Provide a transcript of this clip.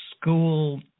school